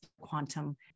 quantum